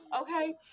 Okay